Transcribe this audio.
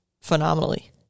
phenomenally